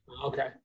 Okay